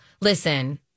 listen